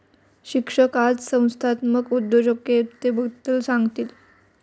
शिक्षक आज संस्थात्मक उद्योजकतेबद्दल सांगतील